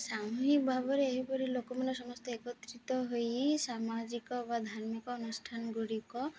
ସାମୁହିକ ଭାବରେ ଏହିପରି ଲୋକମାନେ ସମସ୍ତେ ଏକତ୍ରିତ ହୋଇ ସାମାଜିକ ବା ଧାର୍ମିକ ଅନୁଷ୍ଠାନଗୁଡ଼ିକ